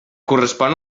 correspon